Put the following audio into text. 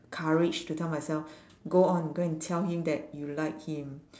courage to tell myself go on go and tell him that you like him